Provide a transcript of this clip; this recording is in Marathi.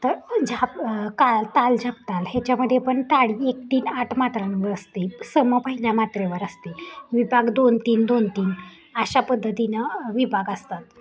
तर झ ताल झपताल ह्याच्यामध्ये पण ताडी एक तीन आठ मात्रांवर असते सम पहिल्या मात्रेवर असते विभाग दोन तीन दोन तीन अशा पद्धतीनं विभाग असतात